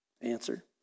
Answer